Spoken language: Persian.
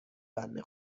بنده